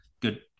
good